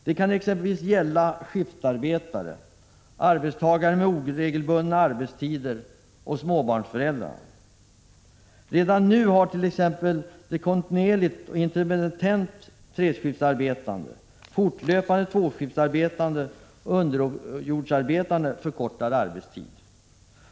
Det kan exempelvis gälla skiftarbetare, arbetstagare med oregelbundna arbetstider och småbarnsföräldrar. Redan nu hart.ex. kontinuerligt och intermittent treskiftsarbetande, fortlöpande tvåskiftsarbetande och underjordsarbetande förkortad arbetstid.